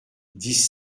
dix